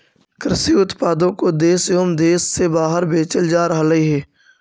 कृषि उत्पादों को देश एवं देश से बाहर बेचल जा रहलइ हे